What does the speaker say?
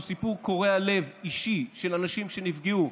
שהוא סיפור קורע לב אישי של אנשים שנפגעו,